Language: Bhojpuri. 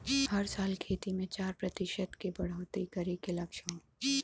हर साल खेती मे चार प्रतिशत के बढ़ोतरी करे के लक्ष्य हौ